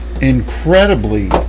incredibly